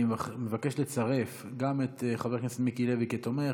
אני מבקש לצרף גם את חבר הכנסת מיקי לוי כתומך,